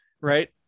right